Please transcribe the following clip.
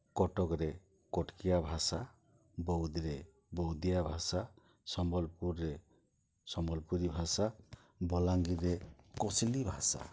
କଟକ୍ରେ କଟ୍କିଆ ଭାଷା ବୌଦ୍ଧ୍ରେ ବୌଦ୍ଧିଆ ଭାଷା ସମ୍ବଲପୁର୍ରେ ସମ୍ବଲପୁରୀ ଭାଷା ବଲାଙ୍ଗୀର୍ରେ କୋଶ୍ଲି ଭାଷା